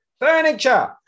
furniture